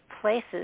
places